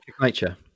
nature